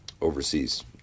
overseas